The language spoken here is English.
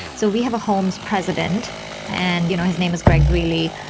so we have a homes president and you know his name is greg greeley.